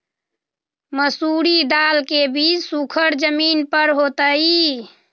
मसूरी दाल के बीज सुखर जमीन पर होतई?